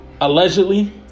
allegedly